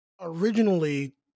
originally